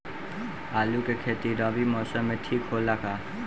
आलू के खेती रबी मौसम में ठीक होला का?